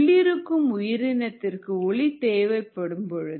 உள்ளிருக்கும் உயிரினத்திற்கு ஒளி தேவைப்படும் பொழுது